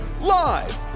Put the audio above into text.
live